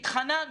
התחננו.